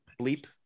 bleep